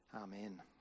Amen